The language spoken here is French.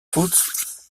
foods